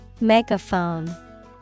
Megaphone